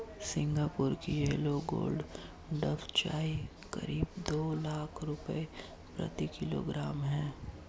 Singapore की yellow gold buds चाय करीब दो लाख रुपए प्रति किलोग्राम है